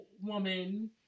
woman